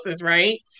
right